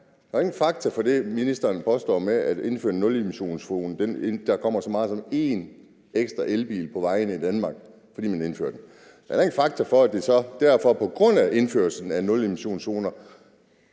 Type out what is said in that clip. Der er jo ingen fakta for, at der ved at indføre nulemissionszoner kommer så meget som en ekstra elbil på vejene i Danmark, som ministeren påstår. Der er heller ingen fakta for, at det så derfor på grund af indførslen af nulemissionszoner